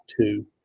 two